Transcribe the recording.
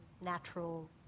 natural